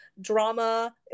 drama